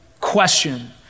question